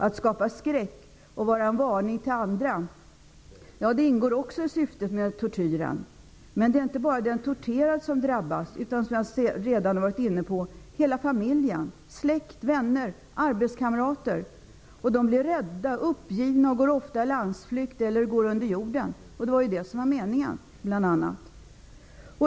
Att skapa skräck och vara en varning till andra ingår också i syftet med tortyren. Men det är inte bara den torterade som drabbas utan också -- som jag redan varit inne på -- hela familjen samt släkt, vänner och arbetskamrater. De blir rädda och uppgivna och går ofta i landsflykt eller under jorden. Men det var ju bl.a. det som var meningen.